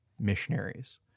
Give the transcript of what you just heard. missionaries